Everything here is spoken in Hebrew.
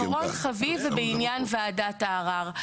אחרון חביב זה בעניין וועדת הערר.